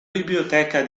biblioteca